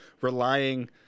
relying